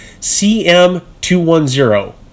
CM210